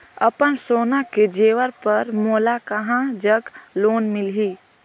अपन सोना के जेवर पर मोला कहां जग लोन मिलही?